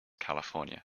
california